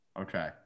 Okay